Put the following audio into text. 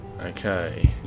Okay